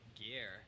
gear